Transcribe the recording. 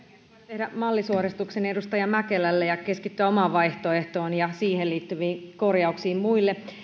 tehdä mallisuorituksen edustaja mäkelälle ja keskittyä omaan vaihtoehtoomme ja siihen liittyviin korjauksiin suhteessa muihin